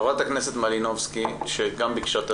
חברת הכנסת מלינובסקי שגם היא ביקשה את